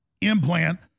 implant